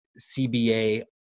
CBA